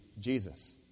Jesus